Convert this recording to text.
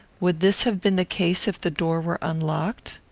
would this have been the case if the door were unlocked?